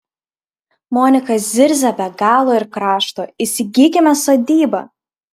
monika zirzia be galo ir krašto įsigykime sodybą